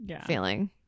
feeling